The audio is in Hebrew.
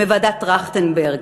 מוועדת טרכטנברג,